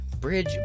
Bridge